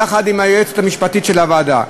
יחד עם היועצת המשפטית של הוועדה,